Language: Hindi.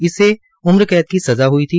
इसे उम्र कैद की सज़ा हई थी